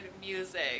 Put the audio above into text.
music